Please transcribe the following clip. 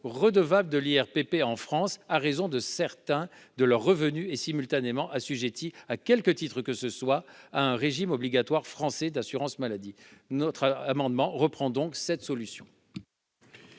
physiques (IRPP) en France à raison de certains de leurs revenus et simultanément assujettis à quelque titre que ce soit à un régime obligatoire français d'assurance maladie. Le présent amendement tend à reprendre cette solution.